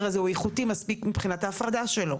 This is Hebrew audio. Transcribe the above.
הזה הוא איכותי מספיק מבחינת ההפרדה שלו.